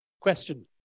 Question